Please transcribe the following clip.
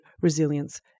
resilience